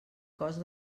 cost